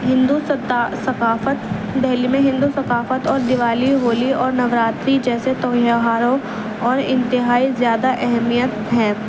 ہندو ثقافت دہلی میں ہندو ثقافت اور دیوالی ہولی اور نوراتری جیسے توہیہاروں اور انتہائی زیادہ اہمیت ہیں